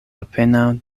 apenaŭ